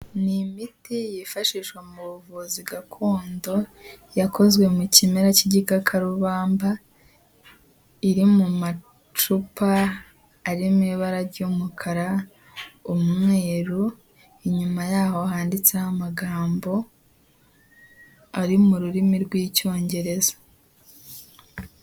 Ni imiti yifashishwa mu buvuzi gakondo yakozwe mu kimera cy'igikakarubamba, iri mu macupa ari mu ibara ry'umukara, umweru, inyuma yaho handitseho amagambo ari mu rurimi rw'icyongereza.